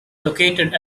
located